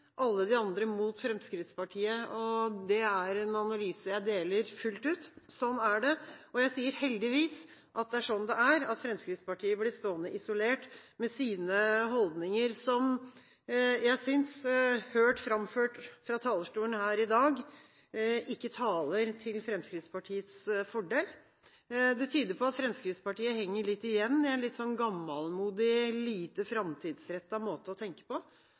alle de andre mot Fremskrittspartiet. Det er en analyse jeg deler fullt ut, sånn er det – og jeg sier: Heldigvis er det sånn at Fremskrittspartiet blir stående isolert med sine holdninger, som jeg synes, hørt framført fra talerstolen her i dag, ikke taler til Fremskrittspartiets fordel. Det tyder på at Fremskrittspartiet henger litt igjen i en gammelmodig, lite framtidsrettet måte å tenke på,